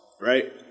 right